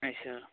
ਅੱਛਾ